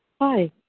Hi